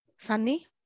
Sunny